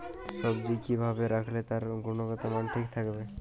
সবজি কি ভাবে রাখলে তার গুনগতমান ঠিক থাকবে?